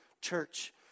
Church